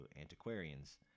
antiquarians